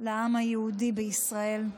לעם היהודי בישראל.